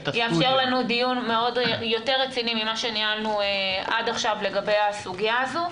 זה יאפשר לנו דיון יותר רציני ממה שניהלנו עד עכשיו לגבי הסוגיה הזאת,